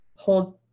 hold